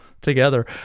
together